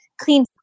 clean